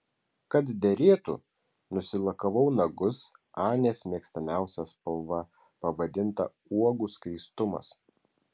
kad derėtų nusilakavau nagus anės mėgstamiausia spalva pavadinimu uogų skaistumas